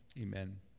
Amen